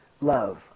love